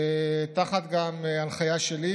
גם תחת הנחיה שלי,